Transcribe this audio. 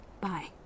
Bye